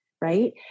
Right